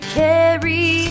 carry